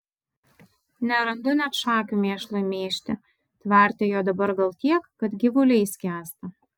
nerandu net šakių mėšlui mėžti tvarte jo dabar gal tiek kad gyvuliai skęsta